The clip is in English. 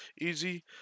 easy